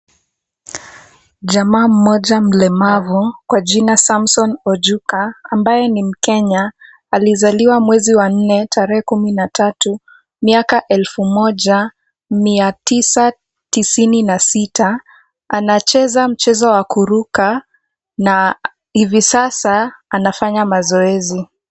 Jamaa moja mlemavu, kwa jina Samson Ojuka ambaye ni Mkenya, alizaliwa mwezi wa nne tarehe kumi na tatu miaka elfu moja mia tisa tisini na tisa, anacheza mchezo wa kuruka na hivi sasa anafanya mazoezi.